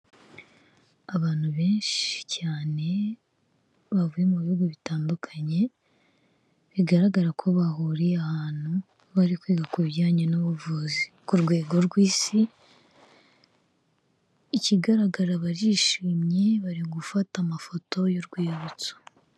Abantu benshi cyane bavuye mu bihugu bitandukanye bigaragara ko bahuriye ahantu bari kwiga ku bijyanye n'ubuvuzi ku rwego rw'Isi, ikigaragara barishimye bari gufata amafoto y'urwibutso.